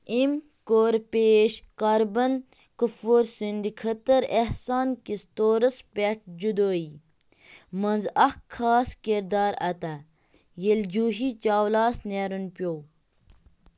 أمۍ کوٚر پیش کاربن کپھوٗر سٕنٛدِ خٲطرٕ احسان کِس طورس پٮ۪ٹھ جُدٲیی منٛز اکھ خاص کِردار ادا ییٚلہِ جوٗہی چاولاہس نیرُن پیوٚو